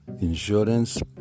Insurance